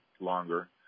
longer